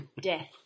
death